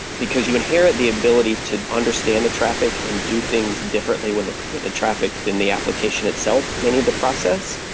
because you inherit the ability to understand the traffic and do things differently when with the traffic then the application itself may need to process.